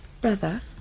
Brother